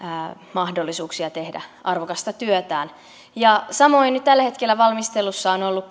mahdollisuuksia tehdä arvokasta työtään samoin nyt tällä hetkellä valmistelussa on ollut